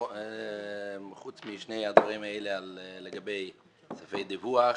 חוץ משני הדברים לגבי ספי דיווח,